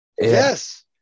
Yes